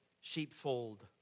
sheepfold